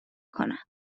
کنم